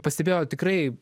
pastebėjo tikrai